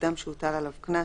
"אדם שהוטל עליו קנס"